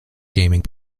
gaming